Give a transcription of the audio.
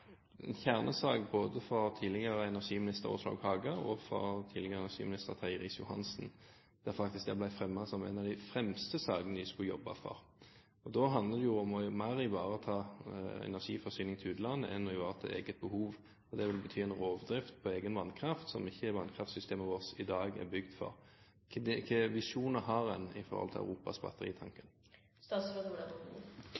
en kjernesak både for tidligere energiminister Åslaug Haga og for tidligere energiminister Terje Riis-Johansen. Det ble faktisk fremmet som en av de fremste sakene de skulle jobbe for. Da handler det jo mer om å ivareta energiforsyningen til utlandet enn at vi har til eget behov. Det vil bety en rovdrift på egen vannkraft som vannkraftsystemet vårt i dag ikke er bygd for. Hvilke visjoner og tanker har en i forhold til Europas